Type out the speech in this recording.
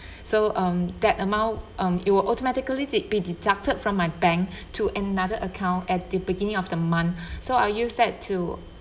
so um that amount um it will automatically be deducted from my bank to another account at the beginning of the month so are you said to